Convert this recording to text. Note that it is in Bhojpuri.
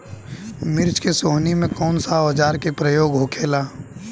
मिर्च के सोहनी में कौन सा औजार के प्रयोग होखेला?